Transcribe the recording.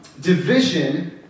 Division